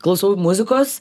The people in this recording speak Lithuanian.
klausau muzikos